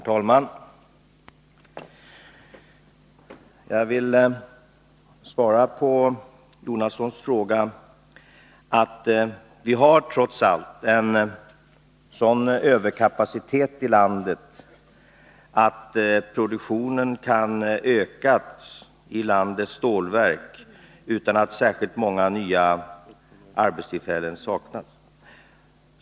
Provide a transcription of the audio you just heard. Herr talman! På Bertil Jonassons fråga vill jag svara att vi trots allt har en sådan överkapacitet i landet att produktionen kan ökas i landets stålverk utan att särskilt många nya arbetstillfällen tillkommer.